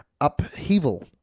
upheaval